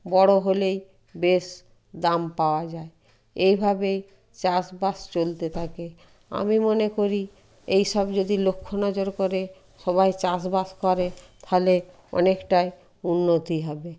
বড়ো হলেই বেশ দাম পাওয়া যায় এইভাবেই চাষবাস চলতে থাকে আমি মনে করি এই সব যদি লক্ষ্য নজর করে সবাই চাষবাস করে তালে অনেকটাই উন্নতি হবে